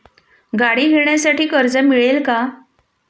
गाडी घेण्यासाठी कर्ज मिळेल का?